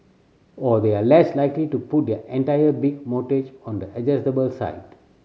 or they are less likely to put their entire big mortgage on the adjustable side